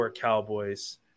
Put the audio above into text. Cowboys